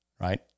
right